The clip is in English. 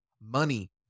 Money